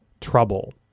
trouble